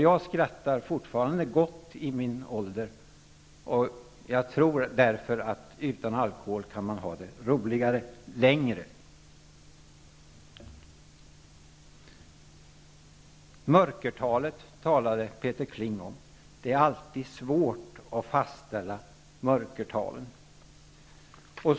Jag skrattar fortfarande gott i min ålder. Jag tror därför att man utan alkohol kan ha det roligt längre. Peter Kling talade om mörkertalet. Det är alltid svårt att fastställa mörkertal.